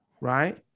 Right